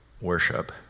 worship